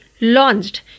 launched